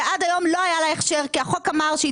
שעד היום לא היה לה הכשר כי החוק אמר שהיא